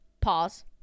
Pause